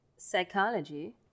psychology